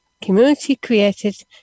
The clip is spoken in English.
community-created